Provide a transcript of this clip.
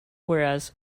whereas